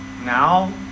now